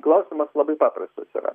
klausimas labai paprastas yra